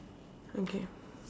okay